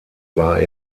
war